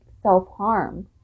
self-harm